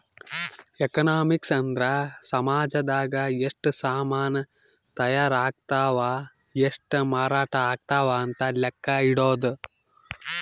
economics ಅಂದ್ರ ಸಾಮಜದಾಗ ಎಷ್ಟ ಸಾಮನ್ ತಾಯರ್ ಅಗ್ತವ್ ಎಷ್ಟ ಮಾರಾಟ ಅಗ್ತವ್ ಅಂತ ಲೆಕ್ಕ ಇಡೊದು